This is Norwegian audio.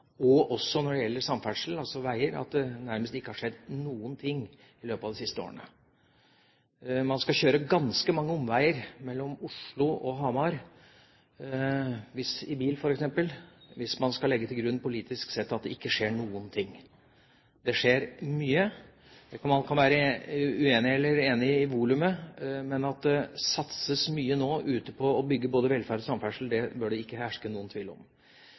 når det gjelder samferdsel, altså veier, nærmest ikke har skjedd noen ting i løpet av de siste årene. Man skal kjøre ganske mange omveier mellom Oslo og Hamar, f.eks. i bil, hvis man politisk sett skal legge til grunn at det ikke skjer noen ting. Det skjer mye. Man kan være enig eller uenig i volumet, men at det ute nå satses mye på å bygge både velferd og samferdsel, bør det ikke herske noen tvil om.